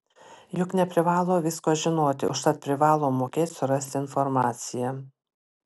juk neprivalo visko žinoti užtat privalo mokėt surasti informaciją